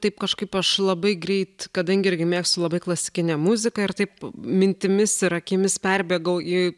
taip kažkaip aš labai greit kadangi irgi mėgstu labai klasikinę muziką ir taip mintimis ir akimis perbėgau į